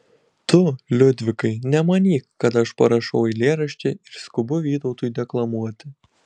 tu liudvikai nemanyk kad aš parašau eilėraštį ir skubu vytautui deklamuoti